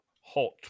hot